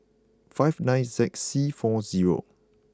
five nine Z C four zero